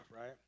right